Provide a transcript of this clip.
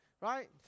right